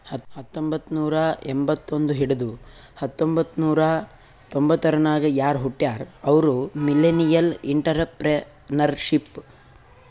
ಹತ್ತಂಬೊತ್ತ್ನೂರಾ ಎಂಬತ್ತೊಂದ್ ಹಿಡದು ಹತೊಂಬತ್ತ್ನೂರಾ ತೊಂಬತರ್ನಾಗ್ ಯಾರ್ ಹುಟ್ಯಾರ್ ಅವ್ರು ಮಿಲ್ಲೆನಿಯಲ್ಇಂಟರಪ್ರೆನರ್ಶಿಪ್